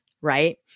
right